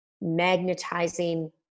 magnetizing